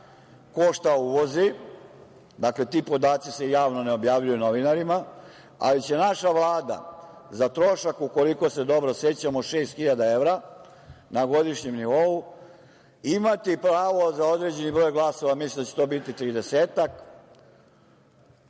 ko šta uvozi, dakle, ti podaci se javno ne objavljuju novinarima, ali će naša Vlada za trošak od, ukoliko se dobro sećam, šest hiljada evra na godišnjem nivou imati pravo za određeni broj glasova, mislim da će to biti